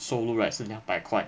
收入 right 是两百块